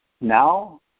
Now